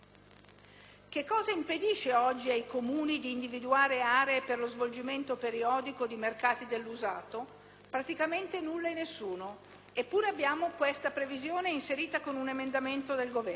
Che cosa impedisce oggi ai Comuni di individuare aree per lo svolgimento periodico di mercati dell'usato? Praticamente nulla e nessuno, eppure abbiamo questa previsione inserita con un emendamento del Governo.